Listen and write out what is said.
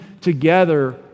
together